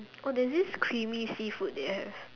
oh there's this creamy seafood they have